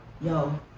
yo